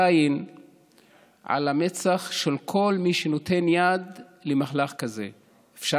כאן היום לא בגלל שנתניהו חושב